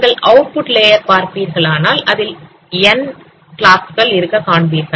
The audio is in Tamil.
நீங்கள் அவுட்புட் லேயர் பார்ப்பீர்களானால் அதில் N கிளாஸ்கள் இருக்க காண்பீர்கள்